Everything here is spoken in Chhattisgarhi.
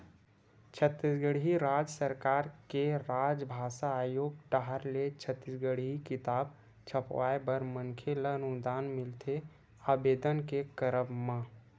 छत्तीसगढ़ राज सरकार के राजभासा आयोग डाहर ले छत्तीसगढ़ी किताब छपवाय बर मनखे ल अनुदान मिलथे आबेदन के करब म